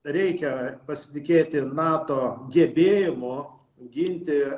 reikia pasitikėti nato gebėjimu ginti